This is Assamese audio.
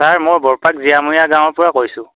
ছাৰ মই বৰপাক জীয়ামূৰীয়া গাঁৱৰ পৰা কৈছোঁ